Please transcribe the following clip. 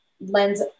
lends